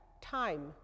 time